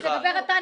לפחות אל תשקר.